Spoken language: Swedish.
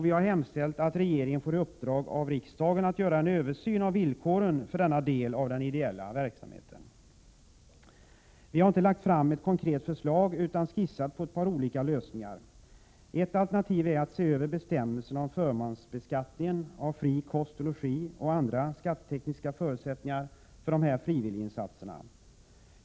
Vi har hemställt att regeringen får i uppdrag av riksdagen att göra en översyn av villkoren för denna del av den ideella verksamheten. Vi har inte lagt fram ett konkret förslag, utan vi har skissat på ett par olika lösningar: Ett första alternativ är att se över bestämmelserna om förmånsbeskattningen av fri kost och logi samt andra skattetekniska förutsättningar för dessa frivilliginsatser.